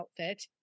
outfit